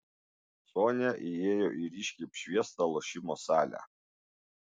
sonia įėjo į ryškiai apšviestą lošimo salę